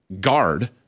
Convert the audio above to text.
guard